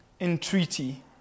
entreaty